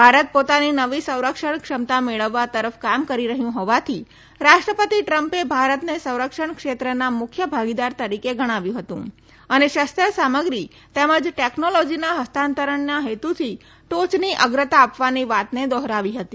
ભારત પોતાની નવી સંરક્ષણ ક્ષમતા મેળવવા તરફ કામ કરી રહ્યું હોવાથી રાષ્ટ્રપતિ ટ્રમ્પે ભારતને સંરક્ષણ ક્ષેત્રના મુખ્ય ભાગીદાર તરીકે ગણાવ્યું હતું અને શસ્ત્ર સામગ્રી તેમજ ટેકનોલોજીના હસ્તાંતરણના હેતુથી ટોચની અગ્રતા આપવાની વાતને દોહરાવી હતી